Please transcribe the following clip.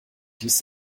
dies